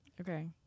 okay